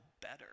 better